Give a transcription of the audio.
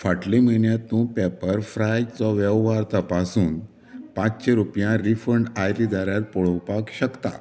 फाटल्या म्हयन्यांत तूं पॅपरफ्रायचो वेव्हार तपासून पांचशी रुपया रिफंड आयली जाल्यार पळोवपाक शकता